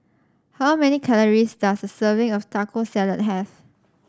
how many calories does a serving of Taco Salad have